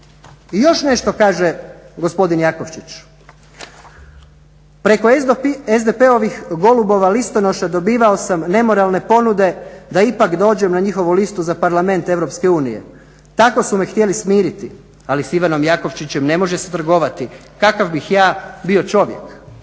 I još nešto kaže gospodin Jakovčić, preko SDP-ovih golubova listonoša dobivao sam nemoralne ponude da ipak dođem na njihovu listu za Parlament Europske unije. Tako su me htjeli smiriti, ali s Ivanom Jakovčićem ne može se trgovati, kakav bih ja bio čovjek.